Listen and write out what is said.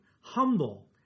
humble